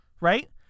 Right